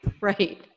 Right